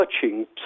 touching